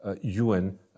UN